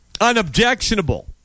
unobjectionable